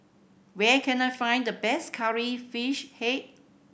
where can I find the best Curry Fish Head